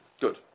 Good